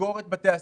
לסגור את בתי הספר,